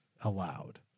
allowed